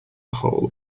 whole